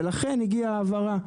ולכן הגיעה הבהרה.